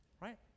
right